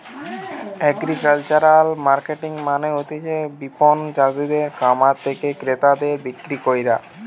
agricultural marketing মানে হতিছে বিপণন চাষিদের খামার থেকে ক্রেতাদের বিক্রি কইরা